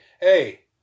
Hey